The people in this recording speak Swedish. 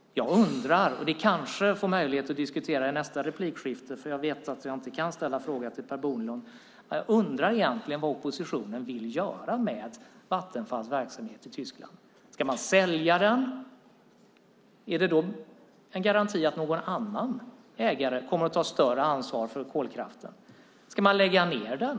Jag undrar - det kanske jag får möjlighet att diskutera i nästa replikskifte, för jag vet att jag inte kan ställa en fråga till Per Bolund - vad oppositionen vill göra med Vattenfalls verksamhet i Tyskland. Ska man sälja den, och finns det då någon garanti att någon annan ägare kommer att ta större ansvar för kolkraften? Ska man lägga ned den?